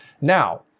Now